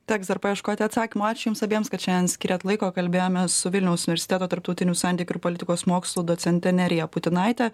teks dar paieškoti atsakymo ačiū jums abiems kad šiandien skyrėt laiko kalbėjomės su vilniaus universiteto tarptautinių santykių ir politikos mokslų docente nerija putinaite